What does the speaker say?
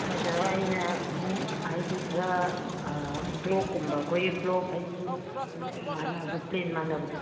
ꯑꯗ ꯑꯩꯅ ꯈꯣꯡꯎꯞ ꯍꯥꯏꯗꯤ ꯈꯔ ꯕ꯭ꯂꯣꯛ ꯀꯨꯝꯕ ꯑꯩꯈꯣꯏꯒꯤ ꯕ꯭ꯂꯣꯛ ꯍꯥꯏꯗꯤ ꯃꯥꯟꯅꯕ ꯄ꯭ꯂꯦꯟ ꯃꯥꯟꯅꯕꯗꯣ